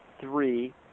three